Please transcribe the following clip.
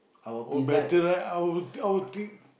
oh better right I'll tell I think